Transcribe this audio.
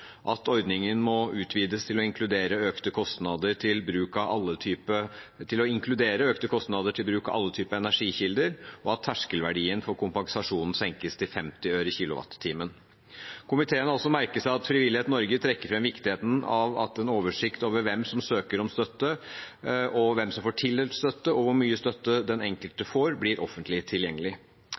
at ordningen må utvides til å inkludere økte kostnader til bruk av alle typer energikilder, og at terskelverdien for kompensasjonen senkes til 50 øre kWh. Komiteen har også merket seg at Frivillighet Norge trekker fram viktigheten av at en oversikt over hvem som søker om støtte, hvem som får tildelt støtte, og hvor mye støtte den enkelte får, blir offentlig tilgjengelig.